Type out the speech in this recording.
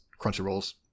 CrunchyRolls